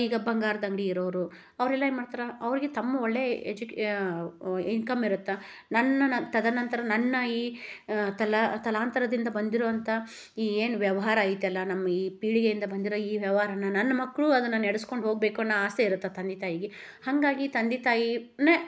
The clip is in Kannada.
ಈಗ ಬಂಗಾರದಂಗಡಿ ಇರೋವ್ರು ಅವರೆಲ್ಲ ಏನು ಮಾಡ್ತಾರೆ ಅವ್ರಿಗೆ ತಮ್ಮ ಒಳ್ಳೆಯ ಎಜು ಇನ್ಕಮ್ ಇರುತ್ತೆ ನನ್ನ ತದನಂತರ ನನ್ನ ಈ ತಲೆ ತಲಾಂತರದಿಂದ ಬಂದಿರುವಂಥ ಈ ಏನು ವ್ಯವಹಾರ ಐತಲ್ಲ ನಮ್ಮ ಈ ಪೀಳಿಗೆಯಿಂದ ಬಂದಿರೋ ಈ ವ್ಯವಹಾರನ ನನ್ನ ಮಕ್ಕಳು ಅದನ್ನು ನಡೆಸ್ಕೊಂಡ್ ಹೋಗಬೇಕು ಅನ್ನೋ ಆಸೆ ಇರುತ್ತೆ ಆ ತಂದೆ ತಾಯಿಗೆ ಹಾಗಾಗಿ ತಂದೆ ತಾಯಿಯೇ